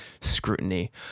scrutiny